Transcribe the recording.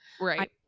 Right